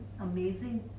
amazing